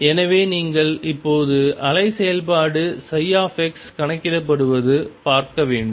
எனவே நீங்கள் இப்போது அலை செயல்பாடு ψ கணக்கிடப்படுவது பார்க்க வேண்டும்